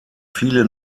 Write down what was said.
viele